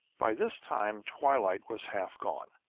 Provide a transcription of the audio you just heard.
by this time twilight was half gone.